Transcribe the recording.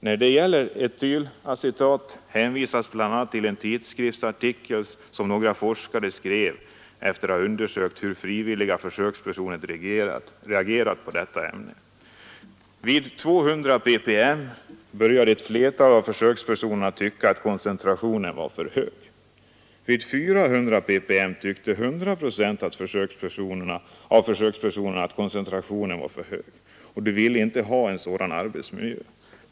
När det gäller etylacetat hänvisas bl.a. till en tidskriftsartikel som några forskare skrev efter att ha undersökt hur frivilliga försökspersoner reagerar på etylacetat. Vid 200 ppm ——=— började ett flertal av försökspersonerna tycka att koncentrationen var för hög. Vid 400 ppm tyckte 100 26 av försökspersonerna att koncentrationen var för hög, och ville inte ha en sådan arbetsmiljö.